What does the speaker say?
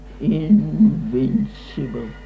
invincible